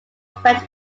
french